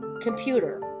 computer